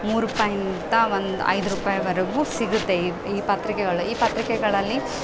ಮೂರು ರೂಪಾಯಿ ಇಂಥ ಒಂದು ಐದು ರುಪಾಯಿವರೆಗು ಸಿಗುತ್ತೆ ಈ ಈ ಪತ್ರಿಕೆಗಳ ಈ ಪತ್ರಿಕೆಗಳಲ್ಲಿ